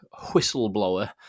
whistleblower